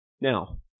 Now